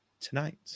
tonight